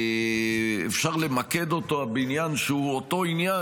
אפשר למקד אותה בעניין שהוא אותו עניין,